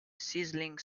sizzling